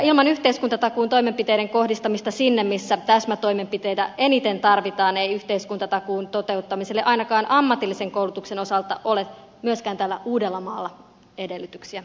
ilman yhteiskuntatakuun toimenpiteiden kohdistamista sinne missä täsmätoimenpiteitä eniten tarvitaan ei yhteiskuntatakuun toteuttamiselle ainakaan ammatillisen koulutuksen osalta ole myöskään täällä uudellamaalla edellytyksiä